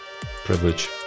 privilege